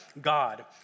God